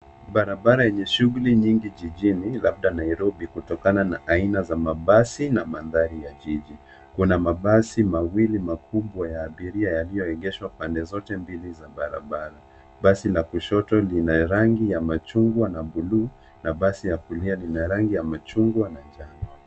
Barabara yenye shughuli nyingi jijini labda Nairobi kutokana na aina za mabasi na mandhari ya jijini. Kuna mabasi mawili makubwa ya abiria yaliyoegeshwa pande zote mbili za barabara. Basi la kushoto lina rangi ya machungwa na bluu na basi ya kulia lina rangi ya machungwa na manjano.